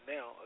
Now